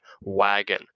wagon